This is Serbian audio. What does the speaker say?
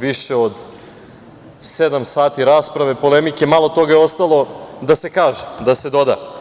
više od sedam sati rasprave, polemike, malo toga je ostalo da se kaže, da se doda.